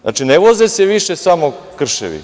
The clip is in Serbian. Znači, ne voze se više samo krševi.